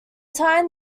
time